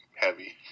Heavy